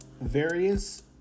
Various